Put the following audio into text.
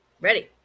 Ready